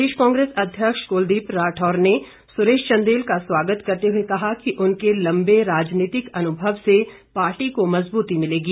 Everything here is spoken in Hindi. प्रदेश कांग्रेस अध्यक्ष कुलदीप राठौर ने सुरेश चंदेल का स्वागत करते हुए कहा कि उनके लंबे राजनीतिक अनुभव से पार्टी को मजबूती मिलेगी